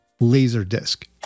LaserDisc